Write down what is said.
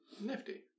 Nifty